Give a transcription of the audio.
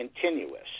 continuous